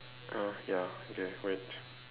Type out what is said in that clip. uh ya okay wait